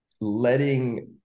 letting